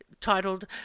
titled